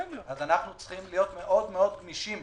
אז אנו צריכים להיות מאוד גמישים